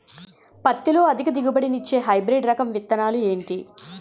పత్తి లో అధిక దిగుబడి నిచ్చే హైబ్రిడ్ రకం విత్తనాలు ఏంటి